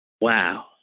Wow